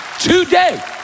today